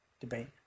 debate